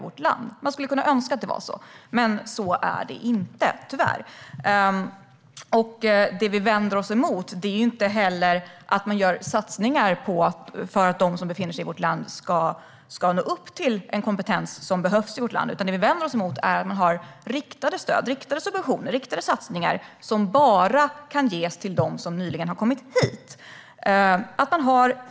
Man skulle kunna önska att det var så, men så är det tyvärr inte. Vad vi vänder oss emot är inte att man gör satsningar för att de som befinner sig i vårt land ska nå upp till en kompetens som behövs här, utan vi vänder oss emot att det finns riktade stöd, subventioner och satsningar som bara kan ges till dem som nyligen har kommit hit.